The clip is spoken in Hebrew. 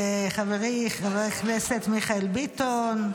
חברי חבר הכנסת מיכאל ביטון,